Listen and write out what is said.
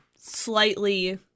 slightly